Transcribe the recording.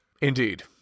Indeed